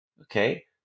okay